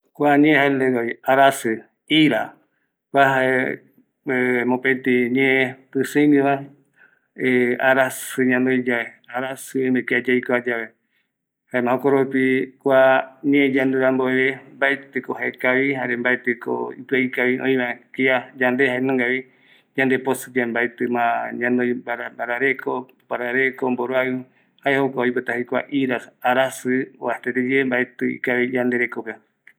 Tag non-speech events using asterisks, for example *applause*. Kua ñee jaenungavi arasi, ira, kua jae mopeti ñee pïsïigueva, *hesitation* arasi ñanoiyave, arasï oime kia yaikuayave, jaema jokoropi kua ñee yaendu ramboeve mbaetiko ikavi jare mbatïko kia ipïa ikavi oiva, yande jaenungavi, yande posï yae mbaetima ñanoi mbarareko, parareko mboroaïu, jae oipota jei kua ira. arasï oajaete yeye mbaetï ikavi yande rekope.